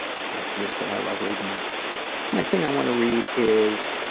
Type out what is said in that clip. that's beautiful, i love reading that. this next thing i want to read is